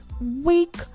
week